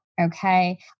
okay